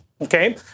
Okay